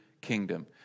kingdom